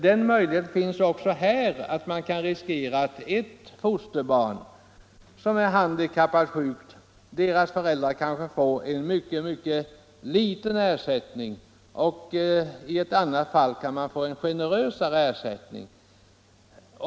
Man kan också riskera att föräldrarna till ett fosterbarn som är handikappat eller sjukt får mycket liten ersättning, medan det i ett annat fall blir en generösare ersättning.